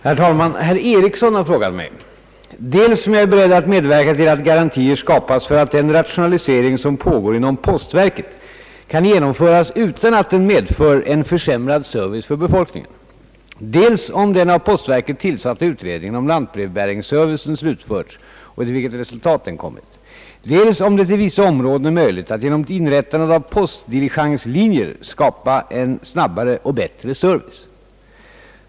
Herr talman! Herr Karl-Erik Eriksson har frågat mig, dels om jag är beredd att medverka till att garantier skapas för att den rationalisering som pågår inom postverket kan genomföras utan att den medför en försämrad service för befolkningen, dels om den av postverket tillsatta utredningen om lantbrevbäringsservicen slutförts och till vilket resultat den kommit, dels om det i vissa områden är möjligt att genom inrättandet av postdiligenslinjer skapa en snabbare och bättre service.